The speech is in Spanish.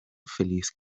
feliz